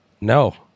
No